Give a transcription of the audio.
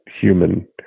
human